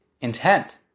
intent